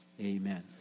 amen